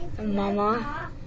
Mama